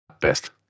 best